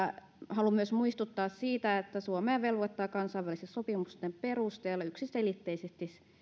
haluan myös muistuttaa siitä että suomea velvoittaa kansainvälisten sopimusten perusteella yksiselitteisesti se